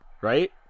Right